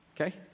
Okay